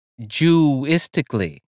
Jewistically